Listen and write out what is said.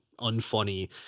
unfunny